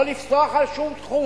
לא לפסוח על שום תחום.